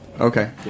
Okay